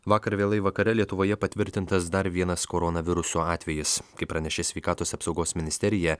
vakar vėlai vakare lietuvoje patvirtintas dar vienas koronaviruso atvejis kaip pranešė sveikatos apsaugos ministerija